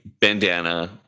bandana